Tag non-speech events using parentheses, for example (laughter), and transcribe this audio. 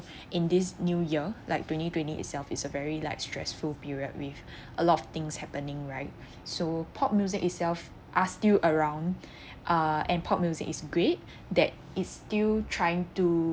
(breath) in this new year like twenty twenty itself is a very like stressful period with a lot of things happening right so pop music itself are still around (breath) uh and pop music is great that is still trying to